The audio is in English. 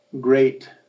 great